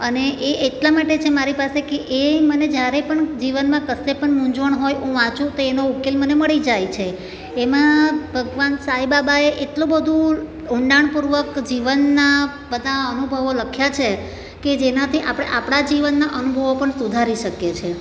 અને એ એટલા માટે છે મારી પાસે કે એ મને જ્યારે પણ જીવનમાં કશે પણ મૂંઝવણ હોય હું વાંચું તો એનો ઉકેલ મને મળી જાય છે એમાં ભગવાન સાઇબાબાએ એટલું બધું ઊંડાણપૂર્વક જીવનના બધા અનુભવો લખ્યા છે કે જેનાથી આપણે આપણાં જીવનના અનુભવો પણ સુધારી શકીએ છે